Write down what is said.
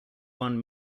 one